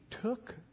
took